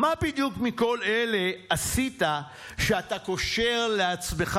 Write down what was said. "מה בדיוק מכל אלה עשית שאתה קושר לעצמך